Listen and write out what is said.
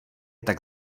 tak